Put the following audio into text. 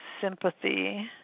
sympathy